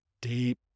deep